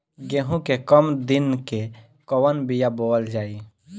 गेहूं के कम दिन के कवन बीआ बोअल जाई?